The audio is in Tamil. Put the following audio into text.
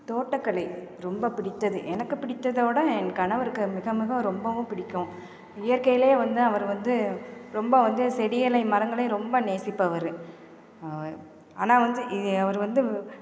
தோட்டக்கலை ரொம்ப பிடித்தது எனக்கு பிடித்ததோடு என் கணவருக்கு மிக மிக ரொம்பவும் பிடிக்கும் இயற்கையிலேயே வந்து அவர் வந்து ரொம்ப வந்து செடிகளையும் மரங்களையும் ரொம்ப நேசிப்பவர் அவர் ஆனால் வந்து இ அவர் வந்து